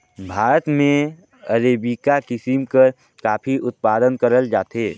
भारत में अरेबिका किसिम कर काफी उत्पादन करल जाथे